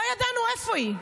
לא ידענו איפה היא.